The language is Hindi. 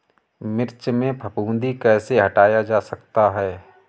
मिर्च में फफूंदी कैसे हटाया जा सकता है?